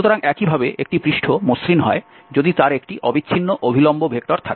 সুতরাং একইভাবে একটি পৃষ্ঠ মসৃণ হয় যদি তার একটি অবিচ্ছিন্ন অভিলম্ব ভেক্টর থাকে